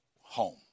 home